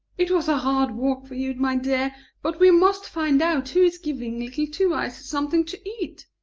it was a hard walk for you, my dear but we must find out who is giving little two-eyes something to eat.